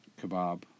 Kebab